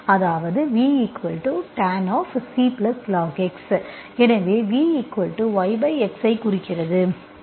அதாவது Vtan⁡Clogx எனவே இது Vyx ஐ குறிக்கிறது